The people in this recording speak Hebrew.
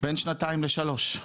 בין שנתיים לשלוש.